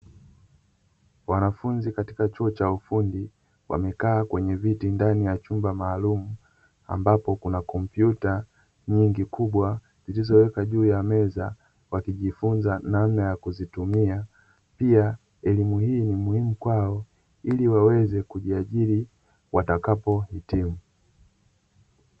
Wanafunzi katika chuo cha ufundi, wamekaa kwenye viti ndani ya chumba maalumu ambapo kuna kompyuta nyingi kubwa zilizowekwa juu ya meza, wakijifunza namna ya kuzitumia, pia elimu hii ni muhimu kwao ili waweze kujiajiri watakapohitimu.